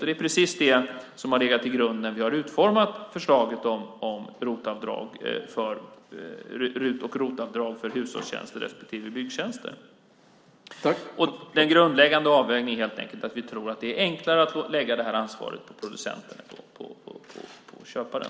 Det är precis det som har legat till grund när vi har utformat förslaget om RUT-avdrag för hushållstjänster respektive ROT-avdrag för byggtjänster. Den grundläggande avvägningen är helt enkelt att vi tror att det är enklare att lägga ansvaret på producenten än på köparen.